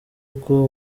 uko